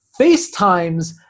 facetimes